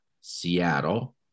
Seattle